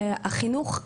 זה החינוך,